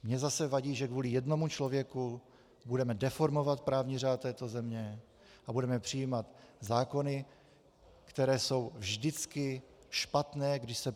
Mně zase vadí, že kvůli jednomu člověku budeme deformovat právní řád této země a budeme přijímat zákony, které jsou vždycky špatné, když se personifikují.